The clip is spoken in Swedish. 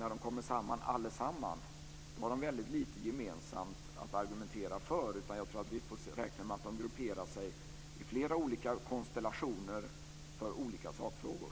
När de kommer samman allesammans har de väldigt lite gemensamt att argumentera för. Jag tror att vi får räkna med att de grupperar sig i flera olika konstellationer i olika sakfrågor.